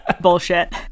Bullshit